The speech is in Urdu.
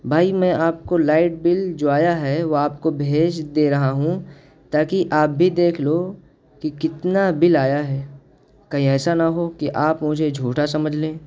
بھائی میں آپ کو لائٹ بل جو آیا ہے وہ آپ کو بھیج دے رہا ہوں تاکہ آپ بھی دیکھ لو کہ کتنا بل آیا ہے کہیں ایسا نہ ہو کہ آپ مجھے جھوٹا سمجھ لیں